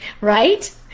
right